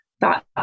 thought